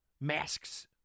masks